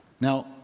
Now